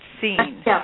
seen